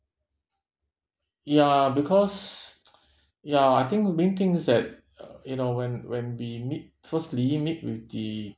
ya because ya I think main thing is that uh you know when when we meet firstly meet with the